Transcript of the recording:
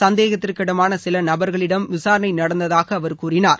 சந்தேகத்திற்கு இடமான சில நபர்களிடம் விசாரணை நடந்ததாக அவர் கூறினார்